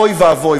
אוי ואבוי.